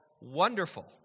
Wonderful